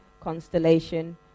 constellation